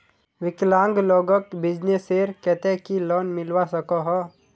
विकलांग लोगोक बिजनेसर केते की लोन मिलवा सकोहो?